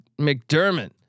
McDermott